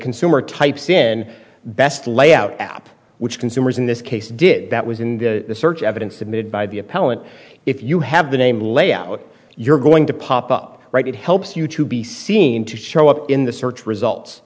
consumer types in best layout app which consumers in this case did that was in the search evidence submitted by the appellant if you have the name layout you're going to pop up right it helps you to be seen to show up in the search results